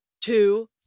two